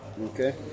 Okay